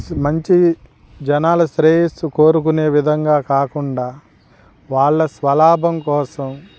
మంచి జనాలు శ్రేయస్సు కోరుకునే విధంగా కాకుండా వాళ్ళ స్వలాభం కోసం